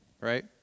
right